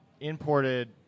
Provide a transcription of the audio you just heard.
imported